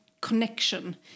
connection